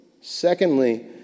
Secondly